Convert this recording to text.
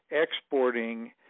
exporting